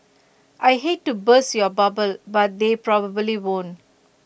I hate to burst your bubble but they probably won't